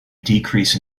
decrease